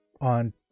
on